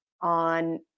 on